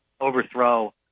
overthrow